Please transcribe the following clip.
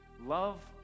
Love